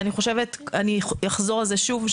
אני אחזור על זה שוב,